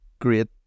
Great